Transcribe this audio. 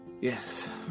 Yes